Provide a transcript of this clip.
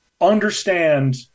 understand